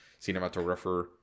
cinematographer